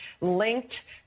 linked